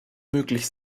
möglich